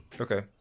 Okay